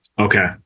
Okay